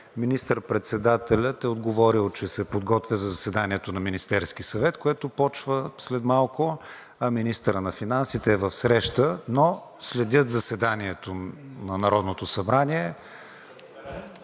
министър-председателят е отговорил, че се подготвя за заседанието на Министерския съвет, което започва след малко, а министърът на финансите е в среща, но следят заседанието на Народното събрание